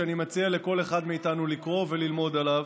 ואני מציע לכל אחד מאיתנו לקרוא וללמוד עליו.